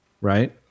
right